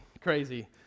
crazy